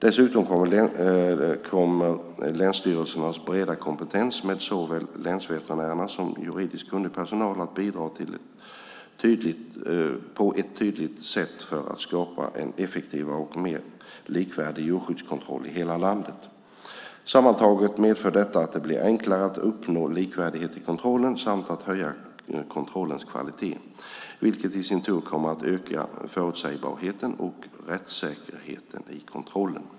Dessutom kommer länsstyrelsernas breda kompetens med såväl länsveterinärerna som juridiskt kunnig personal att bidra på ett tydligt sätt för att skapa en effektivare och mer likvärdig djurskyddskontroll i hela landet. Sammantaget medför detta att det blir enklare att uppnå likvärdighet i kontrollen samt att höja kontrollens kvalitet, vilket i sin tur kommer att öka förutsägbarheten och rättssäkerheten i kontrollen.